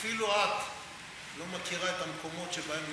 אפילו את לא מכירה את המקומות שבהם נולדתי.